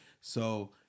So-